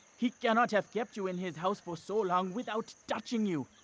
he cannot have kept you in his house for so long without touching you.